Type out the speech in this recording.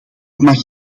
mag